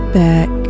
back